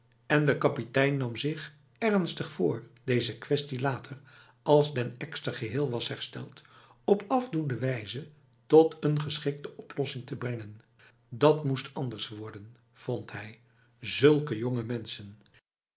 en de kapitein nam zich ernstig voor deze kwestie later als den ekster geheel was hersteld op afdoende wijze tot een geschikte oplossing te brengen dat moest anders worden vond hij zulke jonge mensen